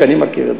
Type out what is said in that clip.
שאני מכיר,